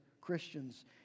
Christians